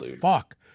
fuck